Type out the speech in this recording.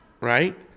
Right